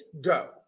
go